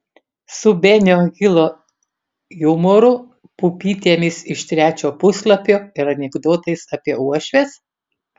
su benio hilo jumoru pupytėmis iš trečio puslapio ir anekdotais apie uošves